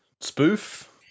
spoof